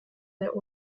der